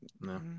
No